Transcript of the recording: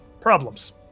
problems